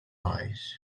eyes